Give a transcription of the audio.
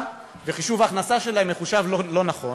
חישוב ההכנסה שלהן מחושב לא נכון,